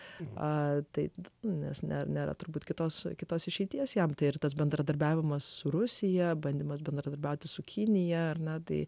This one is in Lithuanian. a taip nes net nėra turbūt kitos kitos išeities jam tai ir tas bendradarbiavimas su rusija bandymas bendradarbiauti su kinija ar na tai